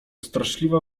straszliwa